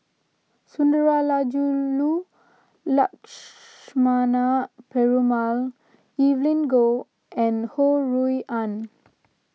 Sundarajulu Lakshmana Perumal Evelyn Goh and Ho Rui An